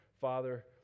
Father